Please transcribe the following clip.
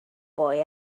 boy